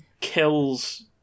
kills